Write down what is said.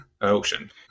ocean